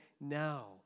now